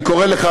אני קורא לך,